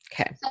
okay